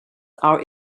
are